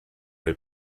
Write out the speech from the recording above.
les